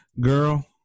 Girl